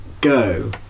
go